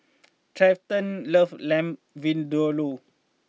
Trenten loves Lamb Vindaloo